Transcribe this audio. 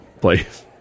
place